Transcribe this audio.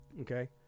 Okay